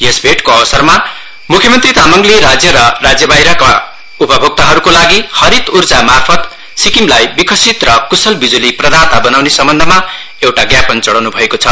यस भेटको अवसरमा मुख्य मन्त्री तामाङले राज्य र राज्य बाहिरका उपभोक्ताहरूको लागि हरित ऊर्जा मार्फत सिक्किमलाई विकसित र क्शल बिज्ली प्रदाता बनाउने सम्बन्धमा एउटा ज्ञापन चढाउन् भएको छ